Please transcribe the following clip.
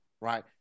right